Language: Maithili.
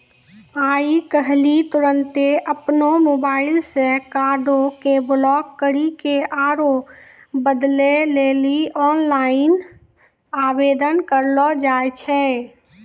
आइ काल्हि तुरन्ते अपनो मोबाइलो से कार्डो के ब्लाक करि के आरु बदलै लेली आनलाइन आवेदन करलो जाय छै